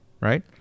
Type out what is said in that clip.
right